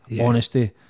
honesty